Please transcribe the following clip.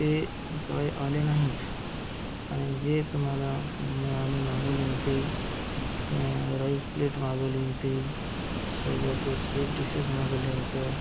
ते काय आले नाहीत आणि जे तुम्हाला म्या आम्ही मागवले होते न्या राईस प्लेट मागवले होते सोबतच स्वीट डिशेस मागवल्या होत्या